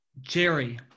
Jerry